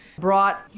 brought